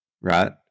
right